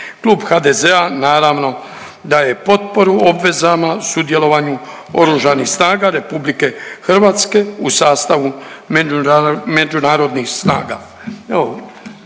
Klub HDZ-a naravno daje potporu obvezama sudjelovanju Oružanih snaga RH u sastavu međunarodnih snaga.